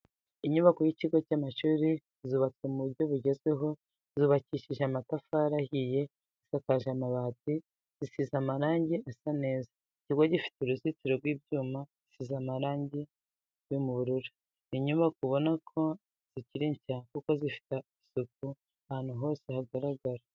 Inyubako y'ikigo cy'amashuri zubatse mu buryo bugezweho zubakishije amatafari ahiye zisakaje amabati zisize amarange asa neza, ikigo gifite uruzitiro rw'ibyuma bisize irangi ry'ubururu. Ni inyubako ubona ko zikiri nshya kuko zifite isuku ahantu hose hagaragara.